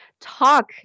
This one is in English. talk